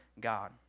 God